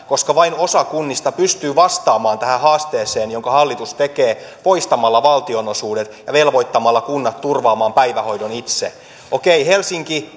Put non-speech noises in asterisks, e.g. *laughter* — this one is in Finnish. koska vain osa kunnista pystyy vastaamaan tähän haasteeseen jonka hallitus tekee poistamalla valtionosuudet ja velvoittamalla kunnat turvaamaan päivähoidon itse okei helsinki *unintelligible*